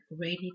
ready